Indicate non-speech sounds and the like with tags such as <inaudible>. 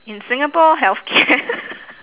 in singapore healthcare <laughs>